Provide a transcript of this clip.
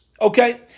Okay